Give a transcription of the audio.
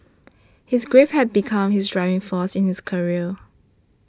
his grief had become his driving force in his career